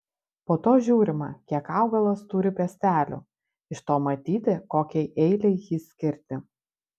po to žiūrima kiek augalas turi piestelių iš to matyti kokiai eilei jį skirti